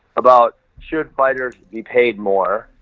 about, should fighters be paid more,